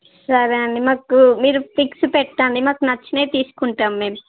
సరే అండి మాకు మీరు పిక్స్ పెట్టండి మాకు నచ్చినాయి తీసుకుంటాం మేము